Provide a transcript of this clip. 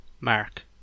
Mark